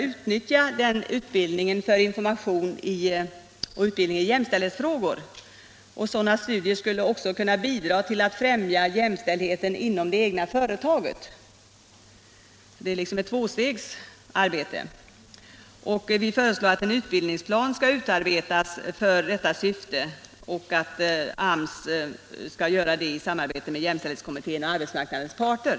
Men man borde även kunna ge information och utbildning i jämställdhetsfrågor. Sådan utbildning skulle också kunna främja jämställdheten inom det egna företaget. Detta är ett slags tvåstegsarbete. Vi föreslår att en utbildningsplan utarbetas för detta syfte av AMS i samarbete med jämställdhetskommittén och arbetsmarknadens parter.